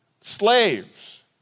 slaves